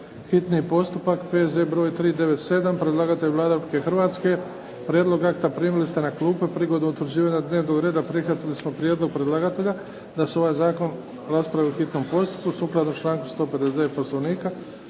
hitni postupak, broj P.Z.E. broj 397. Predlagatelj Vlada Republike Hrvatske. Prijedlog akta primili ste na klupe. Prilikom utvrđivanja dnevnog reda, prihvatili smo prijedlog predlagatelja da se ovaj zakon raspravi u hitnom postupku. Sukladno članku 159. Poslovnika.